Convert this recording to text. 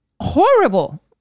horrible